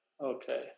okay